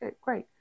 great